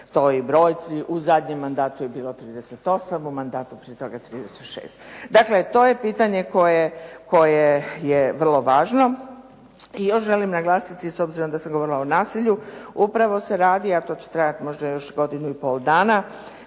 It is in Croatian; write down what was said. toj brojci u zadnjem mandatu je bilo 38, u mandatu prije toga 36. Dakle, to je pitanje koje je vrlo važno i još želim naglasiti, s obzirom da sam govorila o nasilju. Upravo se radi, a to će trebati možda još godinu i pol dana,